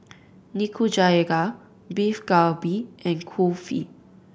Nikujaga Beef Galbi and Kulfi